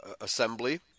assembly